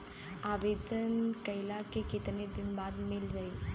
आवेदन कइला के कितना दिन बाद मिल जाई?